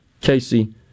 Casey